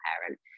parent